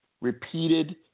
repeated